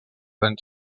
anys